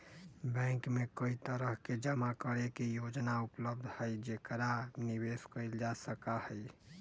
bank में कई तरह के जमा करे के योजना उपलब्ध हई जेकरा निवेश कइल जा सका हई